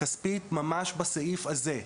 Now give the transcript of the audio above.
ממש בנוגע לסעיף הזה,